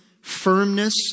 firmness